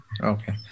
Okay